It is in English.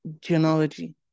genealogy